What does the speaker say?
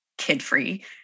kid-free